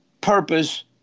purpose